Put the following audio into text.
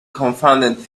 confounded